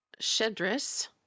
Shedris